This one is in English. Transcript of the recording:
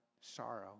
sorrow